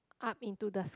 up into the